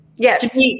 Yes